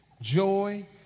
joy